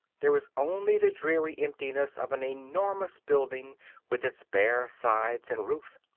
there is only the dreary emptiness of an enormous building with its bare sides and roof.